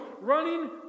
running